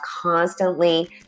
constantly